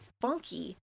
funky